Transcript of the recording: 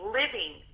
living